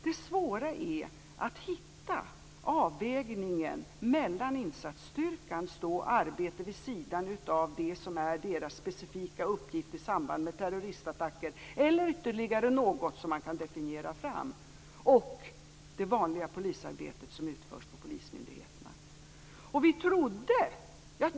Det svåra är att hitta avvägningen mellan insatsstyrkans arbete vid sidan av det som är dess specifika uppgift i samband med terroristattacker eller ytterligare något som man kan definiera fram och det vanliga polisarbetet som utförs på polismyndigheterna.